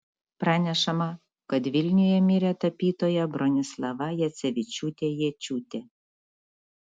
pranešama kad vilniuje mirė tapytoja bronislava jacevičiūtė jėčiūtė